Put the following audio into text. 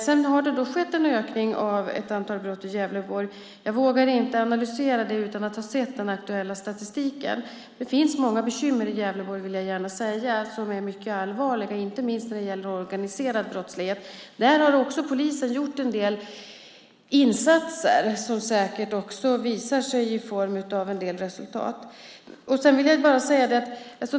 Det har skett en ökning av ett antal brott i Gävleborg. Jag vågar inte analysera det utan att ha sett den aktuella statistiken. Det finns många bekymmer i Gävleborg, det vill jag gärna ha sagt. Det är mycket allvarligt, inte minst när det gäller den organiserade brottsligheten. Där har polisen gjort en del insatser som säkert också visar sig i form av en del resultat.